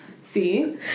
See